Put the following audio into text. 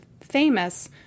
famous